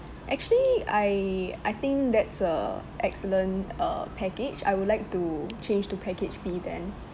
actually I I think that's a excellent uh package I would like to change to package B then